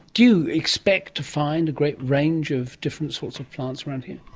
do you expect to find a great range of different sorts of plants around here?